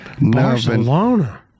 Barcelona